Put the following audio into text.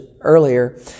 earlier